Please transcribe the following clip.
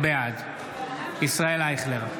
בעד ישראל אייכלר,